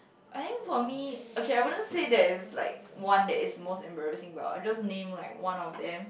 I think for me okay I wouldn't say there is like one that is most embarrassing but I will just name like one of them